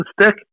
Stick